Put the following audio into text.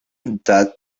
that